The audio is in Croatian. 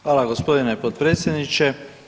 Hvala gospodine potpredsjedniče.